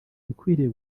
ikwiriye